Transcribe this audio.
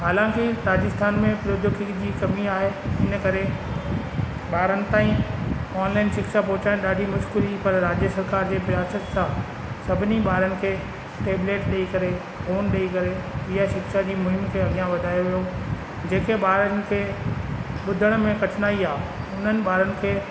हालांकि राजस्थान में प्रौद्योगिकी जी कमी आहे इन करे ॿारनि ताईं ऑनलाइन शिक्षा पहुचाइणु ॾाढी मुश्किल हुई पर राज्य सरकार जे प्रयासनि सां सभिनी ॿारनि खे टेबलेट ॾई करे फोन ॾई करे इहा शिक्षा जी मुनीअ खे अॻियां वधाए वियो जेके ॿारनि खे ॿुधण में कठिनाई आहे उन्हनि ॿारनि खे